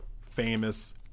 famous